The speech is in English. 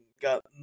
got